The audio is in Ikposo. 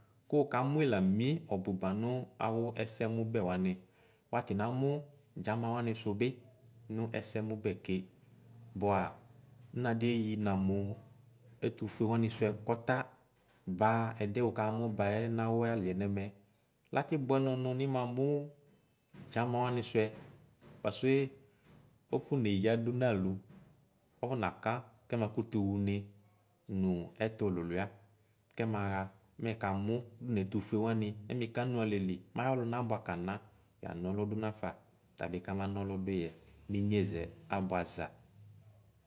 Kʋ wʋkamʋ la mie ɔbʋ ba nʋ awʋ ɛsɛmʋbɛ wani watsi namʋ dzama wani sʋbi nʋ ɛsɛmʋbɛ ke bʋa nadeye namʋ ɛtʋfue wani sʋɛ kɔta ba ɛdiɛ wʋkanʋ bayɛ nawʋ aliɛ nɛmɛ lati bʋɛnɔ nʋ nimamʋ dzama wani sʋɛ pasue ɔfɔne yadu nalʋ ɔfɔnaka kɛma kʋtʋ xʋne nʋ ɛtʋ lʋlwa kɔmaxa mɛkamʋ nɛtufue wani mɛ mikawʋ alɛli mayɔlʋna abʋakana yana ɔlʋ donafa atobi kamana ɔlʋ dʋyɛ mɛnyezɛ abʋoza.